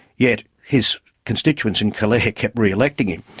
yet his constituents in killare kept re-electing him.